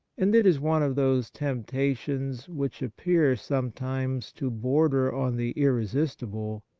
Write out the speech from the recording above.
and it is one of those tempta tions which appear sometimes to border on the irresistible,